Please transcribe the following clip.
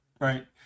right